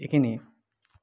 এইখিনিয়েই